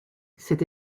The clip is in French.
cette